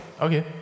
Okay